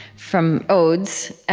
from odes.